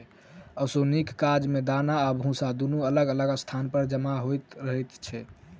ओसौनीक काज मे दाना आ भुस्सा दुनू अलग अलग स्थान पर जमा होइत रहैत छै